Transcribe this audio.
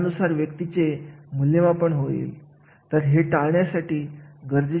आणि म्हणून अशा प्रकारांमध्ये अशा स्वरूपाचे काम गरजेचे असते मग सगळे कामगारांमध्ये अशी कर्मचारी खूप तरबेज असावे लागतात